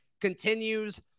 continues